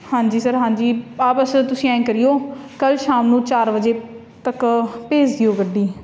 ਹਾਂਜੀ ਸਰ ਹਾਂਜੀ ਆਹ ਬਸ ਤੁਸੀਂ ਐਂ ਕਰਿਓ ਕੱਲ੍ਹ ਸ਼ਾਮ ਨੂੰ ਚਾਰ ਵਜੇ ਤੱਕ ਭੇਜ ਦਿਓ ਗੱਡੀ